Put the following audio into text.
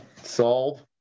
Solve